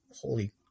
holy